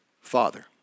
father